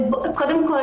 קודם כל,